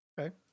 Okay